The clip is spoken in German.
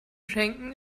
schenken